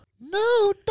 No